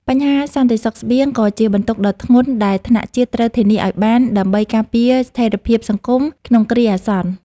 បញ្ហាសន្តិសុខស្បៀងក៏ជាបន្ទុកដ៏ធ្ងន់ដែលថ្នាក់ជាតិត្រូវធានាឱ្យបាន ដើម្បីការពារស្ថិរភាពសង្គមក្នុងគ្រាអាសន្ន។